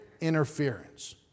interference